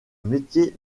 métier